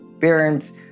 parents